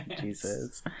jesus